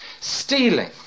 stealing